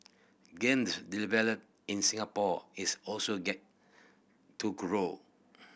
games development in Singapore is also get to grow